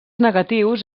negatius